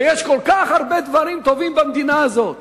ויש כל כך הרבה דברים טובים במדינה הזאת.